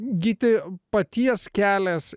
gyti paties kelias